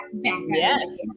yes